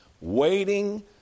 waiting